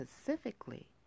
specifically